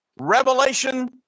Revelation